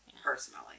personally